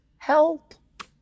help